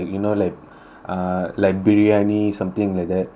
uh like biryani something like that